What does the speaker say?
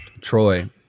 Troy